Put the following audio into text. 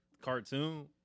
cartoon